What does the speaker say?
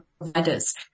providers